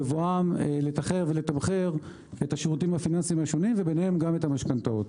לדברר ולתמחר את השירותים הפיננסיים השונים וביניהם גם את המשכנתאות.